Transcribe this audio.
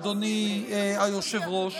אדוני היושב-ראש,